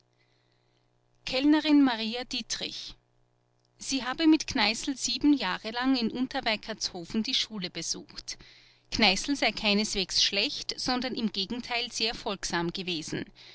kellnerin maria dietrich sie habe mit kneißl sieben jahre lang in unterweikertshofen die schule besucht kneißl sei keineswegs schlecht sondern im gegenteil sehr folgsam gewesen